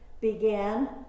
began